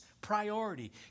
priority